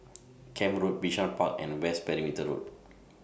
Camp Road Bishan Park and West Perimeter Road